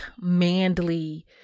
manly